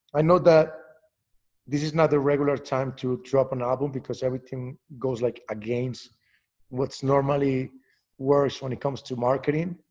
i know that this is not the regular time to drop an album because everything goes, like, against what normally works when it comes to marketing.